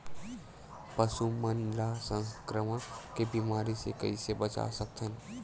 पशु मन ला संक्रमण के बीमारी से कइसे बचा सकथन?